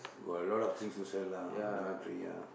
got a lot things to sell lah dormitory ya